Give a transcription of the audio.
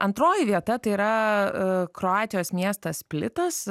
antroji vieta tai yra kroatijos miestas splitas